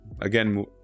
again